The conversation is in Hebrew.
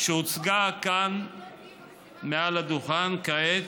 שהוצגה כאן מעל הדוכן כעת,